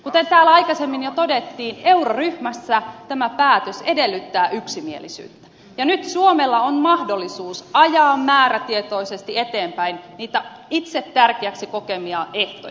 kuten täällä aikaisemmin jo todettiin euroryhmässä tämä päätös edellyttää yksimielisyyttä ja nyt suomella on mahdollisuus ajaa määrätietoisesti eteenpäin niitä itse tärkeäksi kokemiaan ehtoja